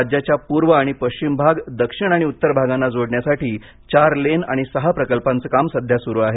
राज्याच्या पूर्व आणि पश्चिम भागांना दक्षिण आणि उत्तर भागांना जोडण्यासाठी चार लेन आणि सहा प्रकल्पांचं काम सध्या सुरू आहे